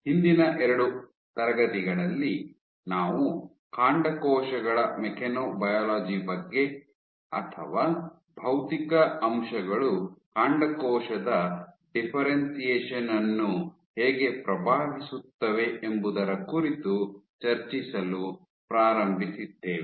ಹಿಂದಿನ ಎರಡು ತರಗತಿಗಳಲ್ಲಿ ನಾವು ಕಾಂಡಕೋಶಗಳ ಮೆಕ್ಯಾನೊಬಯಾಲಜಿ ಬಗ್ಗೆ ಅಥವಾ ಭೌತಿಕ ಅಂಶಗಳು ಕಾಂಡಕೋಶದ ಡಿಫ್ಫೆರೆನ್ಶಿಯೇಶನ್ ಅನ್ನು ಹೇಗೆ ಪ್ರಭಾವಿಸುತ್ತವೆ ಎಂಬುದರ ಕುರಿತು ಚರ್ಚಿಸಲು ಪ್ರಾರಂಭಿಸಿದ್ದೇವೆ